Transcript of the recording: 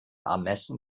ermessen